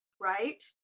right